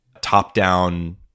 top-down